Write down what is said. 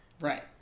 right